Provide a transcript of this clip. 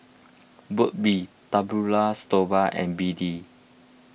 Burt's Bee Datura Stoma and B D